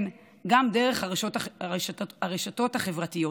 כן, גם דרך הרשתות ברשתות החברתיות.